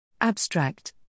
Abstract